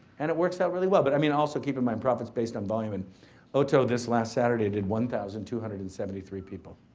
and it works out really well, but i mean also keep in mind profit is based on volume and otto this last saturday did one thousand two hundred and seventy three people.